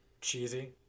cheesy